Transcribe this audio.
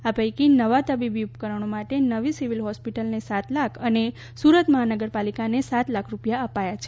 આ પૈકી નવા તબીબી ઉપકરણો માટે નવી સિવિલ હોસ્પિટલને સાત લાખ અને સુરત મહાનગરપાલિકાને સાત લાખ રૂપિયા અપાયા છે